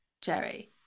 Jerry